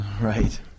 Right